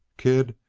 kid,